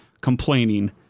complaining